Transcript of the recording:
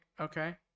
okay